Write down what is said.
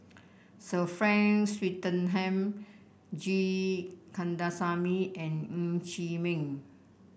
Sir Frank Swettenham G Kandasamy and Ng Chee Meng